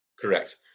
Correct